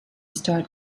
start